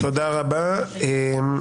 במוקדם או במאוחר,